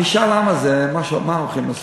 המשאל עם הזה, מה הולכים לעשות?